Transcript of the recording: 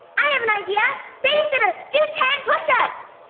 i have an idea! babysitter, do ten push ups!